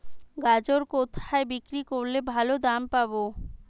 গাজর কোথায় বিক্রি করলে ভালো দাম পাব?